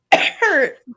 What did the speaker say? hurt